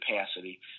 capacity